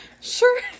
Sure